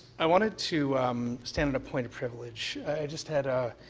i wanted to stand and a point of privilege. i just had ah